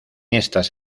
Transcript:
estas